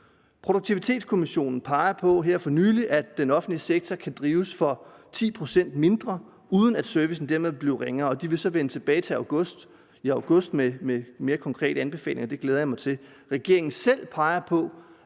Produktivitetskommissionen pegede her for nylig på, at den offentlige sektor kan drives for 10 pct. mindre, uden at servicen dermed bliver ringere, og de vil så vende tilbage til august med mere konkrete anbefalinger, og det glæder jeg